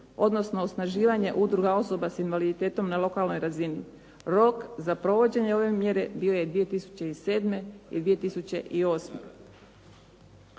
odnosno osnaživanje udruga osoba s invaliditetom na lokalnoj razini. Rok za provođenje ove mjere bio je 2007. i 2008.